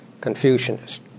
Confucianist